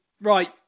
Right